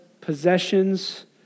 possessions